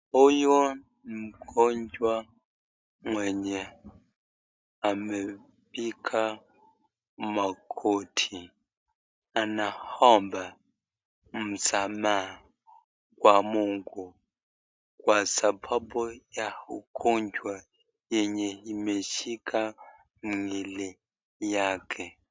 Huyu ni mgonjwa mwenye amepiga magoti anaomba msamaha kwa Mungu, kwa sababu ya hugonjwa yenye imeshika mwili yake.